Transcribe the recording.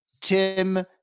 Tim